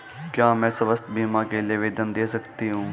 क्या मैं स्वास्थ्य बीमा के लिए आवेदन दे सकती हूँ?